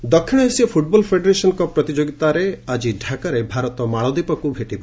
ସାପ୍ game ଦକ୍ଷିଣ Asia football federation cup ପ୍ରତିଯୋଗିତାରେ ଆଜି ଢାକାରେ ଭାରତ ମାଳଦ୍ୱୀପକୁ ଭେଟିବ